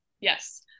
Yes